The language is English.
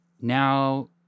now